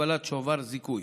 לקבלת שובר זיכוי.